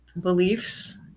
beliefs